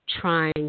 trying